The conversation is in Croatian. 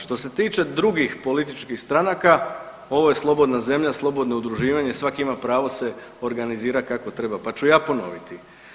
Što se tiče drugih političkih stranaka, ovo je slobodna zemlja, slobodno udruživanje i svak ima pravo se organizirat kako treba, pa ću ja ponoviti.